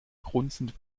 grunzend